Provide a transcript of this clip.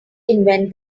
invent